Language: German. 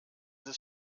des